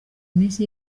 minsi